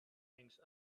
hangs